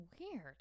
weird